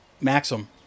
Maxim